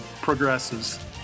progresses